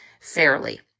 fairly